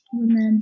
Remember